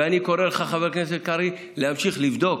ואני קורא לך, חבר הכנסת קרעי, להמשיך לבדוק.